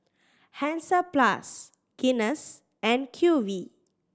Hansaplast Guinness and Q V